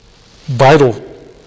vital